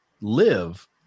live